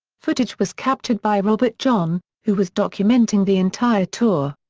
footage was captured by robert john, who was documenting the entire tour.